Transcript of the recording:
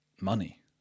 money